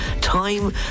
Time